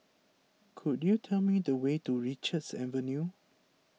could you tell me the way to Richards Avenue